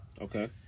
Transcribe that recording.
Okay